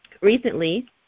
Recently